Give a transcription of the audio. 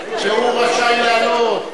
והוא רשאי לעלות.